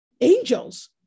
angels